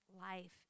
life